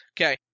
Okay